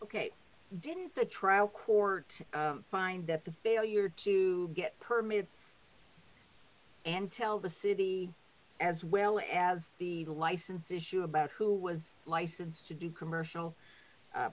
ok didn't the trial court find that the failure to get permits and tell the city as well as the license issue about who was licensed to do commercial